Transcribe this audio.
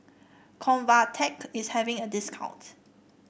convatec is having a discount